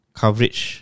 coverage